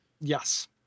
Yes